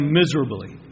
miserably